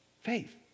Faith